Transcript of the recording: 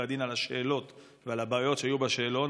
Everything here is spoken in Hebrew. הדין על השאלות ועל הבעיות שהיו בשאלון,